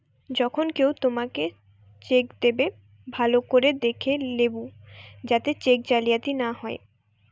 যখন কেও তোমাকে চেক দেবে, ভালো করে দেখে লেবু যাতে চেক জালিয়াতি না হয়